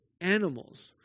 animals